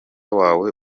wawe